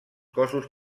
cossos